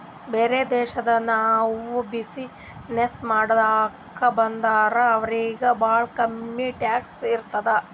ಬ್ಯಾರೆ ದೇಶನವ್ರು ಬಿಸಿನ್ನೆಸ್ ಮಾಡಾಕ ಬಂದುರ್ ಅವ್ರಿಗ ಭಾಳ ಕಮ್ಮಿ ಟ್ಯಾಕ್ಸ್ ಇರ್ತುದ್